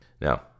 Now